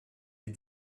les